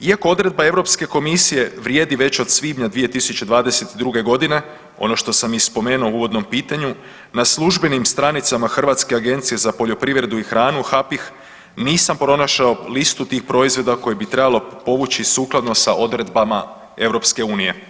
Iako odredba Europske komisije vrijedi već od svibnja 2022.g. ono što sam i spomenuo u uvodnom pitanju na službenim stranicama Hrvatske agencije za poljoprivredu i hranu HAPIH nisam pronašao listu tih proizvoda koje bi trebalo povući sukladno sa odredbama EU.